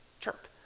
chirp